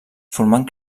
formant